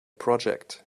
project